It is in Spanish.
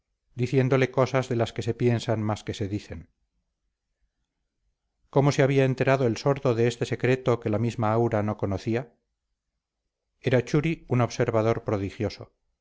diciéndole cosas de las que se piensan más que se dicen cómo se había enterado el sordo de este secreto que la misma aura no conocía era churi un observador prodigioso